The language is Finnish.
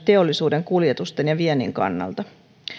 teollisuuden kuljetusten ja viennin kannalta